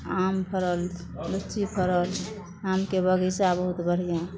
आम फड़ल लिच्ची फड़ल छै आमके बगीचा बहुत बढ़िआँ